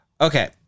Okay